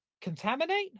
contaminate